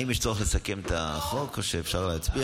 האם יש צורך לסכם את החוק או שאפשר להצביע?